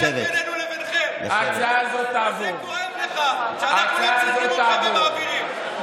שבהם השנאה נותנת את פירותיה, אלה אותן שנאה